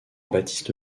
baptiste